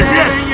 yes